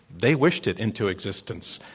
they wished it into existence.